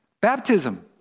Baptism